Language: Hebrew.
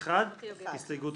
13:14.) אנחנו מחדשים את הישיבה.